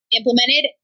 implemented